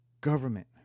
government